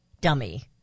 dummy